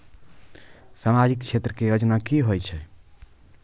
समाजिक क्षेत्र के योजना की होय छै?